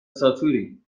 ساتوری